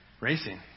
racing